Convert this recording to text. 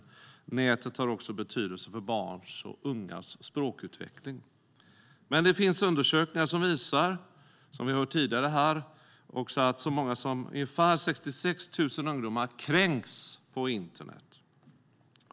Nätet har också betydelse för barns och ungas språkutveckling. Men som vi hörde tidigare här finns det undersökningar som visar att så många som 66 000 ungdomar kränks på internet.